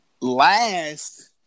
last